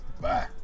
Bye